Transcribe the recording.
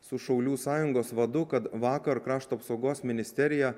su šaulių sąjungos vadu kad vakar krašto apsaugos ministerija